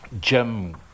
Jim